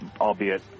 Albeit